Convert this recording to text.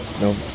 No